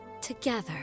together